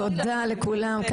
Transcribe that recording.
תודה לכולם,